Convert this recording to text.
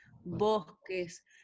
bosques